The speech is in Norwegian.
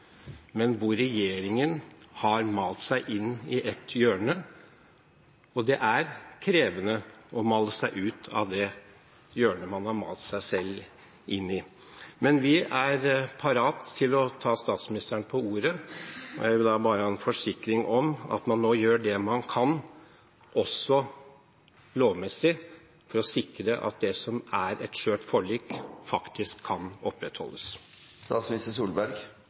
men hvor regjeringen har malt seg inn i et hjørne, og det er krevende å male seg ut av det hjørnet man har malt seg selv inn i. Men vi er parat til å ta statsministeren på ordet. Jeg vil da bare ha en forsikring om at man nå gjør det man kan, også lovmessig, for å sikre at det som er et skjørt forlik, faktisk kan